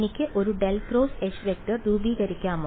എനിക്ക് ഒരു ∇2H→ രൂപീകരിക്കാമോ